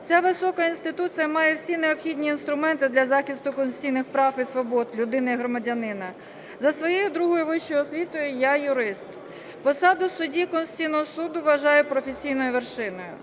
Ця висока інституція має всі необхідні інструменти для захисту конституційних прав і свобод людини і громадянина. За своєю другою вищою освітою я – юрист. Посаду судді Конституційного Суду вважаю професійною вершиною.